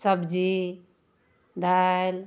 सब्जी दालि